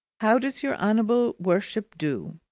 how does your honourable worship do?